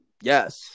yes